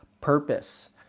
purpose